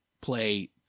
play